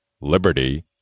Liberty